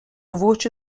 voce